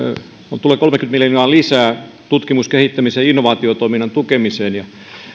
tulee kolmekymmentä miljoonaa lisää tutkimus kehittämis ja innovaatiotoiminnan tukemiseen